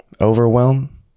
overwhelm